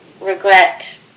regret